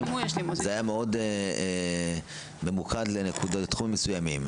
זה היה מאוד ממוקד לתחומים מסוימים,